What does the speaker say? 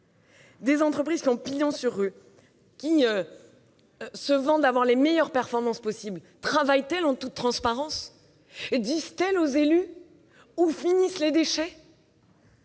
Des entreprises qui ont pignon sur rue, qui se vantent d'avoir les meilleures performances possible, travaillent-elles en toute transparence, disent-elles aux élus où finissent les déchets ?